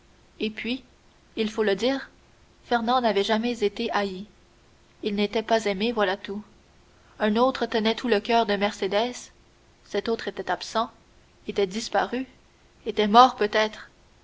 et puis il faut le dire fernand n'avait jamais été haï il n'était pas aimé voilà tout un autre tenait tout le coeur de mercédès cet autre était absent était disparu était mort peut-être